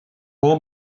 all